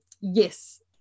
yes